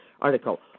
article